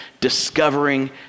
Discovering